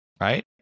right